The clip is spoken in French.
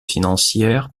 financières